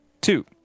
Two